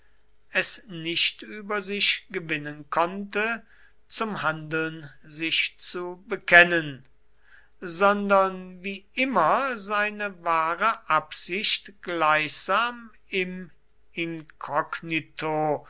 es nicht über sich gewinnen konnte zum handeln sich zu bekennen sondern wie immer seine wahre absicht gleichsam im inkognito